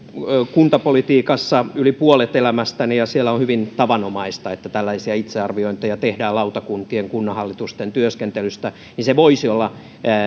kuntapolitiikassa yli puolet elämästäni ja siellä on hyvin tavanomaista että tällaisia itsearviointeja tehdään lautakuntien ja kunnanhallitusten työskentelystä ja voisi olla